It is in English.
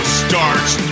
starts